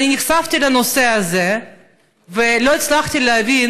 נחשפתי לנושא הזה ולא הצלחתי להבין: